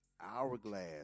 Hourglass